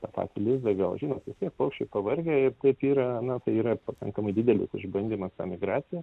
tą patį lizdą gal žinot vis tiek paukščiai pavargę ir taip yra na tai yra pakankamai didelis išbandymas ta migracija